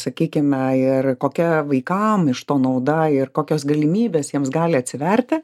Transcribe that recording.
sakykime ir kokia vaikam iš to nauda ir kokios galimybės jiems gali atsiverti